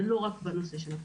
ולא רק בנושא הפוקר.